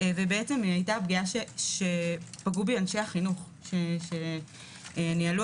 הפגיעה שפגעו בי אנשי החינוך שניהלו